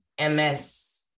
MS